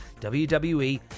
WWE